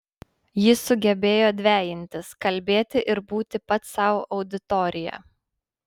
jis sugebėjo dvejintis kalbėti ir būti pats sau auditorija